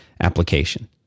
application